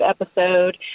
episode